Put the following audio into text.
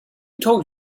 told